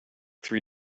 three